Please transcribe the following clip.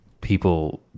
people